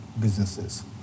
businesses